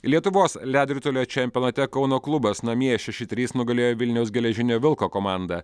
lietuvos ledo ritulio čempionate kauno klubas namie šeši trys nugalėjo vilniaus geležinio vilko komandą